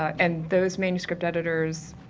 and those manuscript editors,